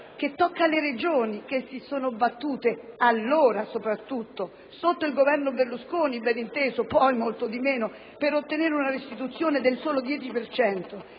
che tocca alle Regioni che si sono battute, soprattutto allora (sotto il Governo Berlusconi beninteso, poi molto di meno), per ottenere una restituzione del solo 10